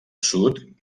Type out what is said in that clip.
sud